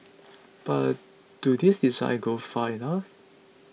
but do these designs go far enough